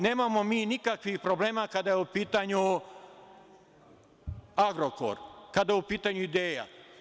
Nemamo mi nikakvih problema kada je u pitanju „Agrokor“, kada je u pitanju „Ideja“